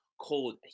cold